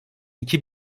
iki